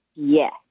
yes